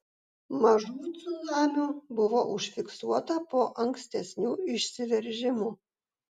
mažų cunamių buvo užfiksuota po ankstesnių išsiveržimų